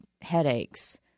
headaches